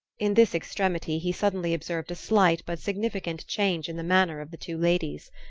in this extremity he suddenly observed a slight but significant change in the manner of the two ladies.